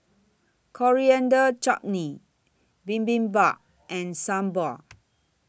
Coriander Chutney Bibimbap and Sambar